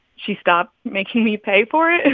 she stopped making me pay for it,